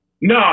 No